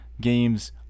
games